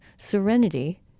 serenity